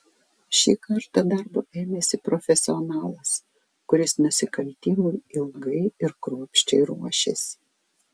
šį kartą darbo ėmėsi profesionalas kuris nusikaltimui ilgai ir kruopščiai ruošėsi